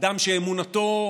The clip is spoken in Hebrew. אדם שבאמונתו,